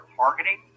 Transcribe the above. targeting